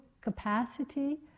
capacity